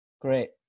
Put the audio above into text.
Great